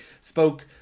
spoke